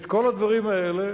את כל הדברים האלה